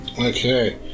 okay